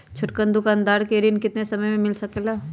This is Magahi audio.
छोटकन दुकानदार के ऋण कितने समय मे मिल सकेला?